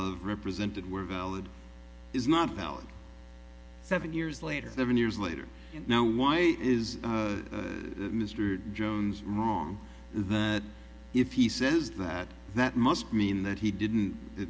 of represented were valid is not valid seven years later than years later now why is mr jones wrong that if he says that that must mean that he didn't